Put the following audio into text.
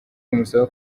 bimusaba